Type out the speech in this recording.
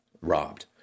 robbed